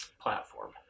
platform